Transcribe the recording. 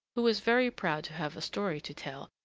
who was very proud to have a story to tell,